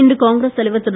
இன்று காங்கிரஸ் தலைவர் திரு